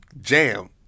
jam